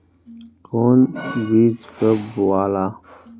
कौन बीज कब बोआला?